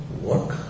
work